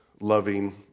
loving